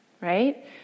Right